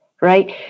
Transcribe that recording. right